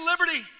liberty